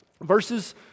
verses